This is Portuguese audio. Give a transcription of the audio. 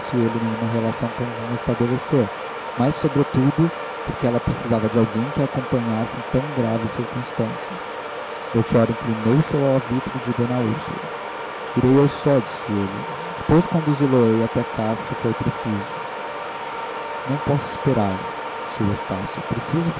ele nenhuma relação convinha estabelecer mas sobretudo porque ela precisava de alguém que a acompanhasse em tão graves circunstâncias melchior inclinou-se ao alvitre de d úrsula irei eu só disse ele depois conduzi lo ei até cá se for preciso não posso esperar insistiu estácio preciso